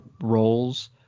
roles